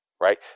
right